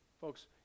Folks